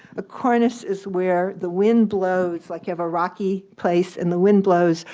a cornice is where the wind blows, like you have a rocky place, and the wind blows,